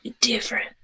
Different